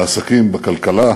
בעסקים, בכלכלה,